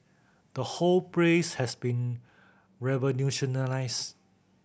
the whole prays has been revolutionised